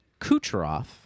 Kucherov